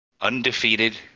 undefeated